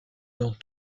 dans